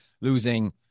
losing